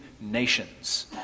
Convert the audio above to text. nations